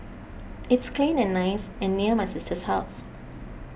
it's clean and nice and near my sister's house